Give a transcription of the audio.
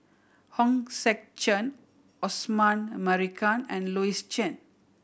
Hong Sek Chern Osman Merican and Louis Chen